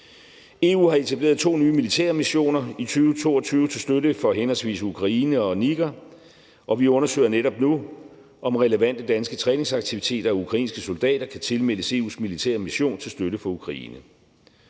EU har etableret to nye militære missioner i 2022 til støtte for henholdsvis Ukraine og Niger, og vi undersøger netop nu, om relevante danske træningsaktiviteter af ukrainske soldater kan tilmeldes EU's militære mission til støtte for Ukraine.